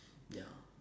ya